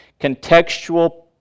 contextual